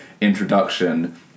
introduction